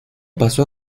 pasó